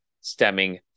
stemming